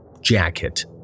jacket